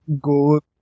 go